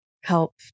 help